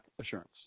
assurance